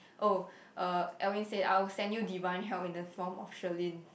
oh uh Elwin said I would send you divine help in the form of Sharlene